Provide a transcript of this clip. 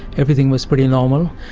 everything was pretty normal.